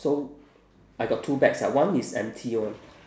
so I got two bags ah one is empty [one]